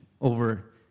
over